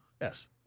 Yes